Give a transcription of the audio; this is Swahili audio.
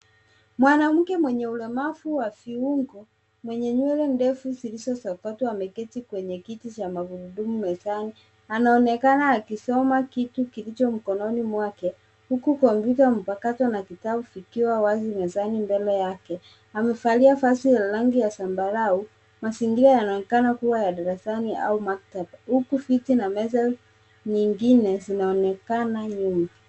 Mwanamke mwenye ulemavu wa viungo mwenye nywele ndefu zilizosokotwa ameketi kwenye kiti cha magurudumu mezani. Anaonekana akisoma kitu kilicho mkononi mwake huku kompyuta mpakato na kitabu vikiwa wazi mezani mbele yake. Amevalia vazi la rangi ya zambarau. Mazingira yanaonekana kuwa ya darasani au maktaba huku viti na meza nyingine zinaonekana nyuma.